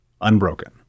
unbroken